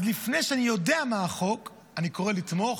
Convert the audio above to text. אז לפני שאני יודע מה החוק אני קורא לתמוך,